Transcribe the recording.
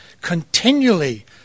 Continually